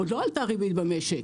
עוד לא עלתה הריבית במשק.